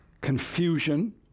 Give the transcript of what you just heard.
confusion